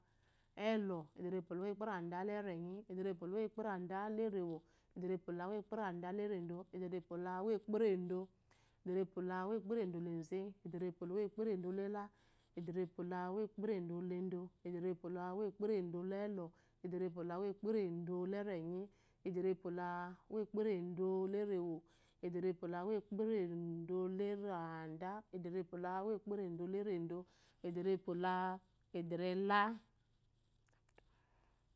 Elɔ edrepwolumokparedelertenyi ederpmo lumo ekparedalaremo, edarepmleumokpereda leredo edrpwo laumekperedo, edarepmolaumo kperedodeze ederewole uwoekperedo lela, edarepwoluamokoredɔ ledo edrer pwokuwokeredolelɔ, edrepwo- leukperedolerenyi, edre pwolauwokpe- edulerewo, ederepwolukpere dolereda, edarepewohwo ekperedɔleredo, edrepwola ederela